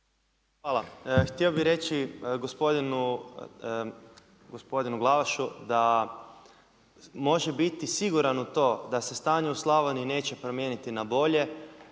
Hvala. Htio bih reći gospodinu Glavašu da može biti siguran u to da se stanje u Slavoniji neće promijeniti na bolje